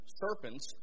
serpents